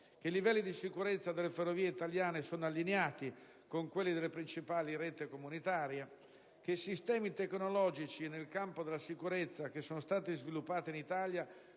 che i livelli di sicurezza delle ferrovie italiane sono allineati con quelli delle principali reti comunitarie, che i sistemi tecnologici nel campo della sicurezza sviluppati in Italia